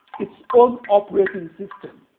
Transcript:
its own operating system.